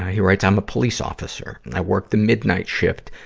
he writes, i'm a police officer. i work the midnight shift,